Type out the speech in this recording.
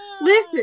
Listen